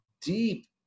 deep